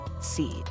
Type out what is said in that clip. seed